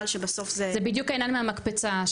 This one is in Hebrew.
זה בדיוק העניין מהמקפצה,